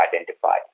identified